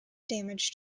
damage